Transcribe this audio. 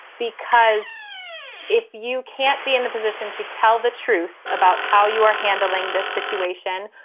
because if you can't be in the position to tell the truth about how you are handling this situation,